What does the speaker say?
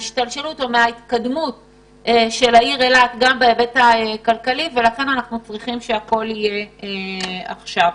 מהתיירות שבעיר אילת ולכם אנחנו צריכים שהכול יהיה עכשיו.